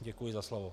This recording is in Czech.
Děkuji za slovo.